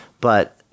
But-